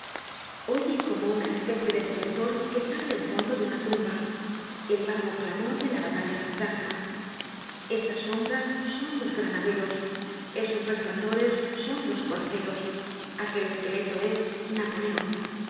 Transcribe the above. oye como una especie de estertor que sale del fondo de una tumba el vago clamor de la batalla fantasma esas sombras son los granaderos esos resplandores son los coraceros aquel esqueleto es napoleon